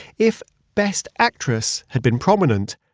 if best actress, had been prominent,